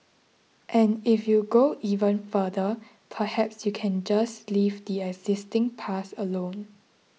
and if you go even further perhaps you can just leave the existing paths alone